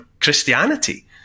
Christianity